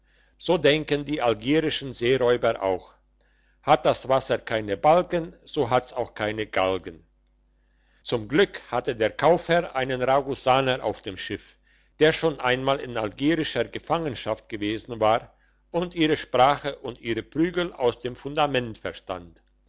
so denken die algierschen seeräuber auch hat das wasser keine balken so hat's auch keine galgen zum glück hatte der kaufherr einen ragusaner auf dem schiff der schon einmal in algierischer gefangenschaft gewesen war und ihre sprache und ihre prügel aus dem fundament verstand